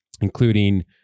including